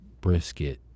brisket